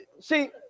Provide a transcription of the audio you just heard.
see